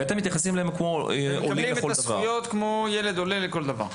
ואתם מתייחסים אליהם כמו עולים לכל דבר?